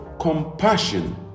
compassion